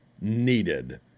needed